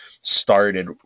started